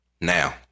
Now